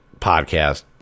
podcast